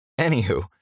Anywho